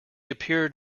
appeared